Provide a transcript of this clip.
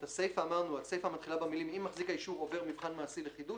הסיפא מתחילה במילים: "אם מחזיק האישור עובר מבחן מעשי לחידוש,